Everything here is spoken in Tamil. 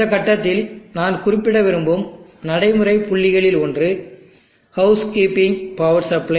இந்த கட்டத்தில் நான் குறிப்பிட விரும்பும் நடைமுறை புள்ளிகளில் ஒன்று ஹவுஸ் கீப்பிங் பவர் சப்ளை